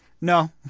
no